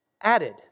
added